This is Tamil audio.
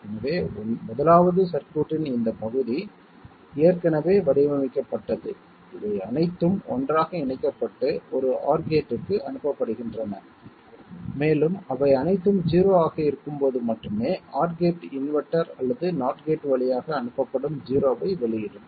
எனவே 1வது சர்க்யூட்டின் இந்த பகுதி ஏற்கனவே வடிவமைக்கப்பட்டது இவை அனைத்தும் ஒன்றாக இணைக்கப்பட்டு ஒரு OR கேட்க்கு அனுப்பப்படுகின்றன மேலும் அவை அனைத்தும் 0 ஆக இருக்கும்போது மட்டுமே OR கேட் இன்வெர்ட்டர் அல்லது NOT கேட் வழியாக அனுப்பப்படும் 0 ஐ வெளியிடும்